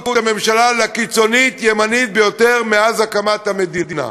את הממשלה לקיצונית הימנית ביותר מאז הקמת המדינה.